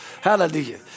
Hallelujah